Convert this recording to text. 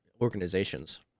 organizations